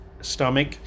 stomach